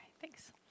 Thanks